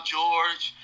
George